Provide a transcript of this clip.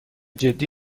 جدی